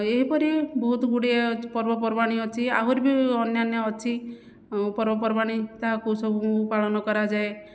ଏହିପରି ବହୁତଗୁଡ଼ିଏ ଅଛି ପର୍ବପର୍ବାଣି ଅଛି ଆହୁରି ବି ଅନ୍ୟାନ୍ୟ ଅଛି ପର୍ବପର୍ବାଣି ତାହାକୁ ସବୁ ପାଳନ କରାଯାଏ